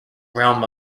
realm